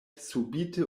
subite